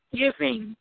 giving